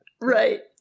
Right